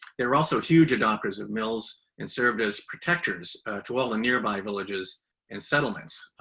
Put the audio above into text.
there were also huge adopters of mills and served as protectors to all the nearby villages and settlements.